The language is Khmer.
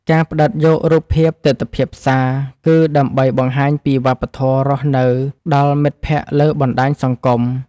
ការផ្ដិតយករូបភាពទិដ្ឋភាពផ្សារ គឺដើម្បីបង្ហាញពីវប្បធម៌រស់នៅដល់មិត្តភក្ដិលើបណ្ដាញសង្គម។